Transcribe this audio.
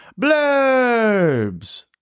Blurbs